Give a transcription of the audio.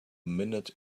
minute